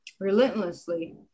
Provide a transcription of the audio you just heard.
Relentlessly